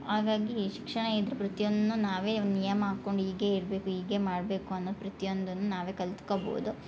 ಹಾಗಾಗಿ ಶಿಕ್ಷಣ ಇದ್ರೆ ಪ್ರತಿಯೊಂದ್ನು ನಾವೇ ನಿಯಮ ಹಾಕೊಂಡು ಹೀಗೆ ಇರಬೇಕು ಹೀಗೆ ಮಾಡಬೇಕು ಅನ್ನೋ ಪ್ರತಿಯೊಂದನ್ನು ನಾವೇ ಕಲ್ತ್ಕೊಬೋದು